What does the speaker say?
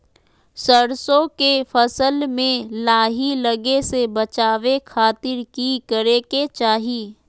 सरसों के फसल में लाही लगे से बचावे खातिर की करे के चाही?